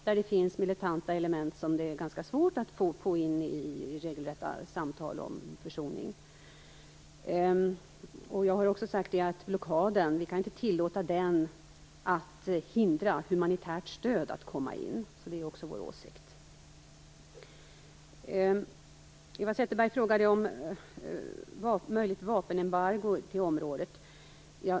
Där finns militanta element som är ganska svåra att få in i regelrätta samtal om försoning. Vi kan inte tillåta blockaden att hindra humanitärt stöd att komma in. Det är vår åsikt. Eva Zetterberg frågade om ett möjligt vapenembargo för området.